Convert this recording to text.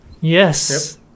yes